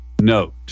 note